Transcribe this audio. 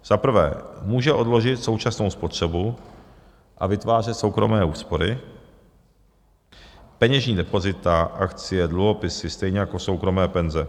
Za prvé může odložit současnou spotřebu a vytvářet soukromé úspory, peněžní depozita, akcie, dluhopisy, stejně jako soukromé penze.